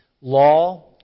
Law